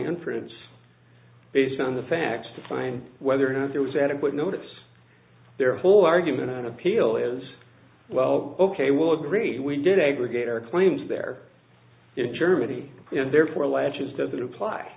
inference based on the facts to find whether or not there was adequate notice their whole argument on appeal is well ok we'll agree we did a greater claims there in germany and therefore alleges doesn't apply